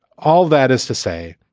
all that is to say,